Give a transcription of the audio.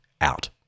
out